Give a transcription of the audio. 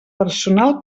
personal